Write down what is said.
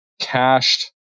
cached